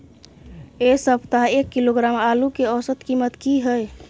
ऐ सप्ताह एक किलोग्राम आलू के औसत कीमत कि हय?